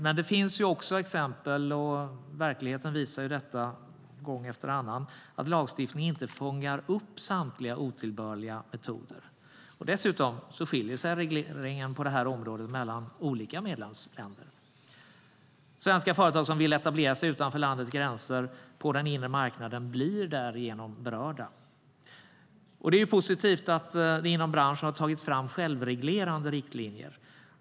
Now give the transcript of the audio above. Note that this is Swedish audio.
Men det finns också exempel på - verkligheten visar det gång efter annan - att lagstiftningen inte fångar upp samtliga otillbörliga metoder. Dessutom skiljer sig regleringen på det här området åt mellan olika medlemsländer. Svenska företag som vill etablera sig utanför landets gränser på den inre marknaden blir därigenom berörda. Det är positivt att det inom branschen har tagits fram självreglerande riktlinjer.